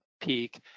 peak